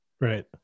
right